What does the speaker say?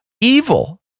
evil